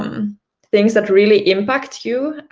things that really impact you